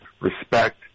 respect